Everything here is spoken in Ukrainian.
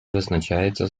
визначаються